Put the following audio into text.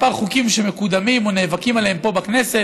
כמה חוקים שמקודמים או נאבקים עליהם פה בכנסת,